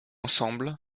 ensemble